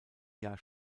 jahr